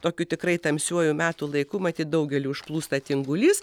tokiu tikrai tamsiuoju metų laiku matyt daugelį užplūsta tingulys